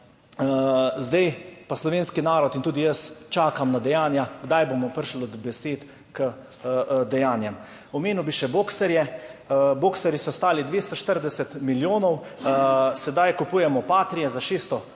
Zdaj pa slovenski narod in tudi jaz čakam na dejanja, kdaj bomo prešli od besed k dejanjem. Omenil bi še Boxerje. Boxerji so stali 240 milijonov, sedaj kupujemo Patrie za 695 milijonov